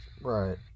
Right